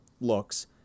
looks